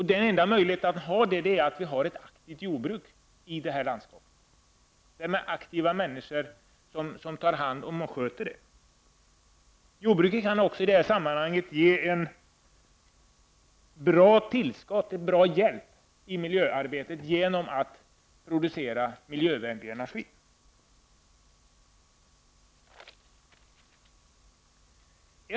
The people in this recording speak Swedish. Den enda möjligheten att åstadkomma detta är att vi har ett aktivt jordbruk med aktiva människor som sköter detta. Jordbruket kan i detta sammanhang också ge en bra hjälp i miljöarbetet genom att producera miljövänlig energi.